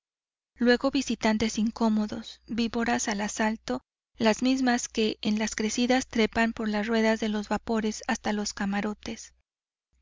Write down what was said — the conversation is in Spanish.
luego visitantes incómodos víboras al asalto las mismas que en las crecidas trepan por las ruedas de los vapores hasta los camarotes